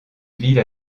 ville